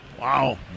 wow